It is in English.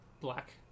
black